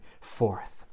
forth